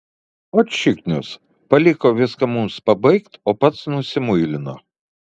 ot šiknius paliko viską mums pabaigt o pats nusimuilino